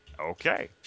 Okay